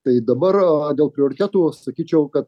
tai dabar dėl prioritetų sakyčiau kad